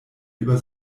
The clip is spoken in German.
über